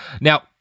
Now